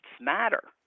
matter